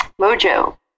mojo